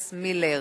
15,